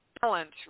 balance